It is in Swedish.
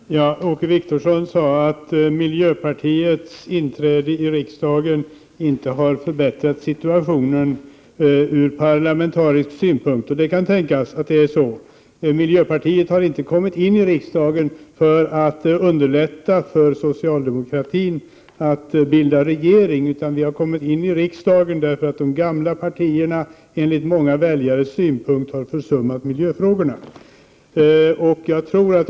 Herr talman! Åke Wictorsson sade att miljöpartiets inträde i riksdagen inte hade förbättrat situationen från parlamentarisk synpunkt. Det kan tänkas att det är så. Men miljöpartiet har inte kommit in i riksdagen för att underlätta för socialdemokraterna att bilda regering. Miljöpartiet har kommit in i riksdagen eftersom de gamla partierna enligt många väljares åsikt har försummat miljöfrågorna.